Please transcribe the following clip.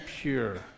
pure